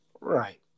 Right